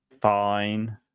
Fine